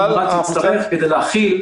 מתן כהנא (הבית היהודי, האיחוד